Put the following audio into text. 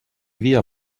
dia